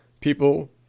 people